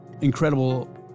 incredible